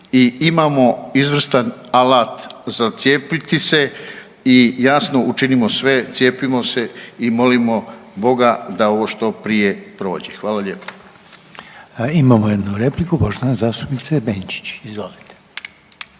i imamo izvrstan alat za cijepiti se i jasno učinimo sve, cijepimo se i molimo Boga da ovo što prije prođe. Hvala lijepa. **Reiner, Željko (HDZ)** Imamo jednu repliku, poštovane zastupnice Benčić. **Benčić,